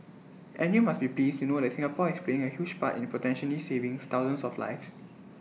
and you must be pleased to know that Singapore is playing A huge part in potentially savings thousands of lives